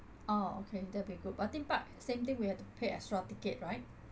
oh okay that'll be good but theme park same thing we have to pay extra ticket right